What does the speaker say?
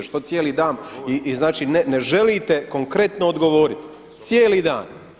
Što cijeli dan, i znači ne želite konkretno odgovoriti cijeli dan.